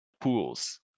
pools